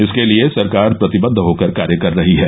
इसके लिये सरकार प्रतिबद्व होकर कार्य कर रही है